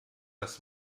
das